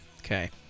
Okay